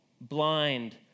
blind